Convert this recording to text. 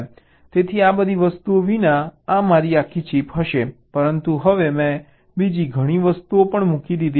તેથી આ બધી વસ્તુઓ વિના આ મારી આખી ચિપ હશે પરંતુ હવે મેં બીજી ઘણી વસ્તુઓ પણ મૂકી દીધી છે